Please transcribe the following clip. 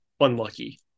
Unlucky